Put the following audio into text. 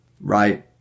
Right